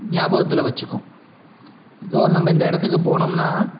ஞாபகத்தில் வச்சுக்கும் இதோ நம்ப இந்த இடத்துக்கு போனோம்னா